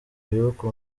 bibuka